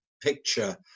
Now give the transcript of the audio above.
picture